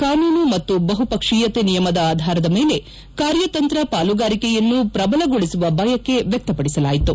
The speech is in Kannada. ಕಾನೂನು ಮತ್ತು ಬಹುಪಕ್ಷೀಯತೆ ನಿಯಮದ ಆಧಾರದ ಮೇಲೆ ಕಾರ್ಯತಂತ್ರ ಪಾಲುಗಾರಿಕೆಯನ್ನು ಪ್ರಬಲಗೊಳಿಸುವ ಬಯಕೆ ವ್ಲಕ್ತವಡಿಸಲಾಯಿತು